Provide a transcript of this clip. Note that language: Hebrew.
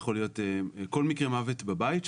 זה יכול להיות כל מקרה מוות בבית,